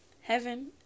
Heaven